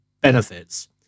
benefits